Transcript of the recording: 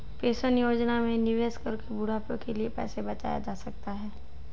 pension योजना में निवेश करके बुढ़ापे के लिए पैसा बचाया जा सकता है